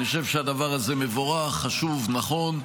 אני חושב שהדבר הזה מבורך, חשוב, נכון,